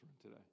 today